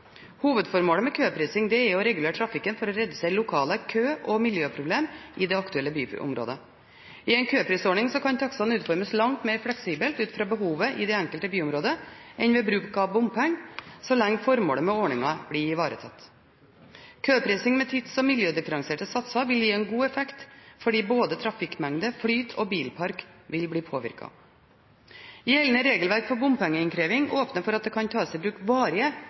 Hovedformålet med køprising er å regulere trafikken for å redusere lokale kø- og miljøproblemer i det aktuelle byområdet. I en køprisordning kan takstene utformes langt mer fleksibelt ut fra behovet i det enkelte byområdet enn ved bruk av bompenger, så lenge formålet med ordningen blir ivaretatt. Køprising med tids- og miljødifferensierte satser vil gi god effekt fordi både trafikkmengde, flyt og bilpark vil bli påvirket. Gjeldende regelverk for bompengeinnkreving åpner for at det kan tas i bruk varige